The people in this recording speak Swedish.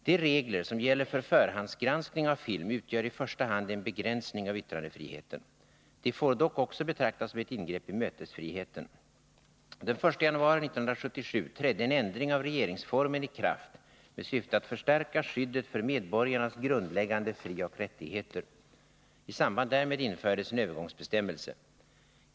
De regler som gäller för förhandsgranskning av film utgör i första hand en begränsning av yttrandefriheten. De får dock också betraktas som ett ingrepp i mötesfriheten. Den 1 januari 1977 trädde en ändring av regeringsformen i kraft med syfte att förstärka skyddet för medborgarnas grundläggande frioch rättigheter. I samband därmed infördes en övergångsbestämmelse.